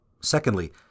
Secondly